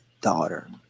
daughter